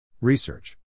Research